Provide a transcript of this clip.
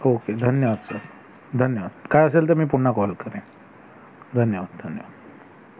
okay धन्यवाद sir धन्यवाद काय असेल तर मी पुन्हा कॉल करेन धन्यवाद धन्यवाद